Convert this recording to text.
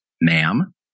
ma'am